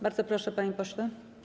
Bardzo proszę, panie pośle.